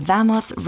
Vamos